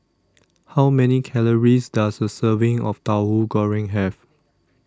How Many Calories Does A Serving of Tauhu Goreng Have